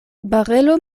barelo